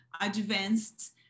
advanced